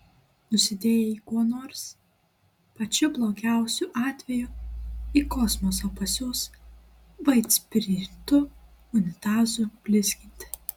nusidėjai kuo nors pačiu blogiausiu atveju į kosmosą pasiųs vaitspiritu unitazų blizginti